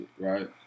right